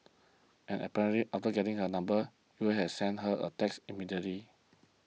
and apparently after getting her number U had sent her a text immediately